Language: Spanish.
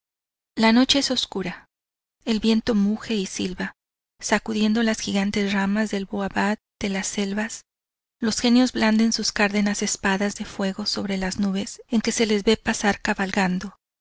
la noche es oscura el viento muge y silba sacudiendo las gigantes ramas del boabad de las selvas los genios blanden sus cárdenas espadas de fuego sobre las nubes en que se les ve pasar cabalgando